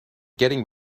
getting